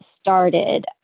started